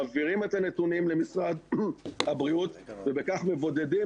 מעבירים את הנתונים למשרד הבריאות ובכך מבודדים